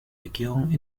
regierung